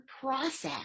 process